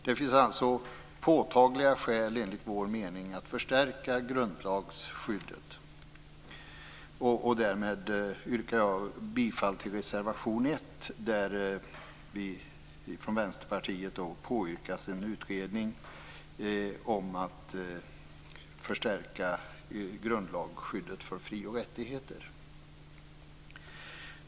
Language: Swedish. Det finns, enligt vår mening, påtagliga skäl att förstärka grundlagsskyddet. Därmed yrkar jag bifall till reservation 1. Vi i Vänsterpartiet yrkar om en utredning för att förstärka grundlagsskyddet för fri och rättigheter.